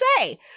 say